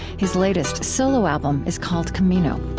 his latest solo album is called camino